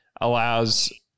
allows